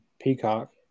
Peacock